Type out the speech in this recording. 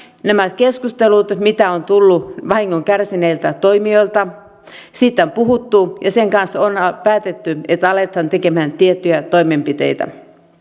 nämä keskustelut mitä on tullut vahingon kärsineiltä toimijoilta siitä on puhuttu ja sen kanssa on päätetty että aletaan tehdä tiettyjä toimenpiteitä